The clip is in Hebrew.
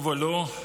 טוב או לא?